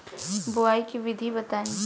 बुआई के विधि बताई?